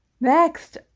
Next